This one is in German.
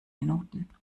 minuten